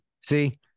See